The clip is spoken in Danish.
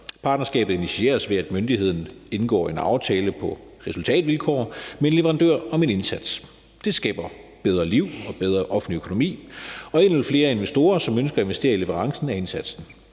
Partnerskabet initieres ved, at myndigheden indgår en aftale på resultatvilkår med en leverandør om en indsats. Det skaber bedre liv og bedre offentlig økonomi og endnu flere investorer, som ønsker at investere i leverancen af indsatsen.